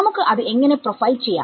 നമുക്ക് അത് എങ്ങനെ പ്രൊഫൈൽ ചെയ്യാം